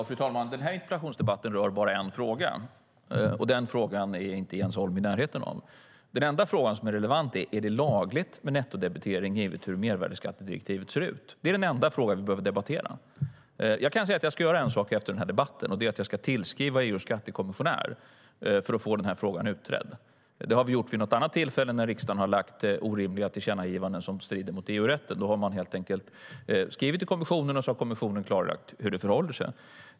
Fru talman! Den här interpellationsdebatten rör bara en fråga. Den frågan är inte Jens Holm i närheten av. Den enda fråga som är relevant är: Är det lagligt med nettodebitering givet hur mervärdeskattedirektivet ser ut? Det är den enda fråga vi behöver debattera. Jag ska göra en sak efter den här debatten. Det är att jag ska tillskriva EU:s skattekommissionär för att få frågan utredd. Det har vi gjort vid något annat tillfälle när riksdagen har gjort orimliga tillkännagivanden som strider mot EU-rätten. Då har vi helt enkelt skrivit till kommissionen, och så har kommissionen klarlagt hur det förhåller sig.